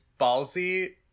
ballsy